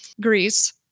Greece